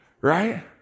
right